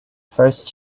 first